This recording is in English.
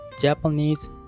Japanese